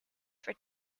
for